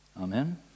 Amen